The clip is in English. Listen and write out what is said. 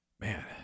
man